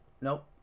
Nope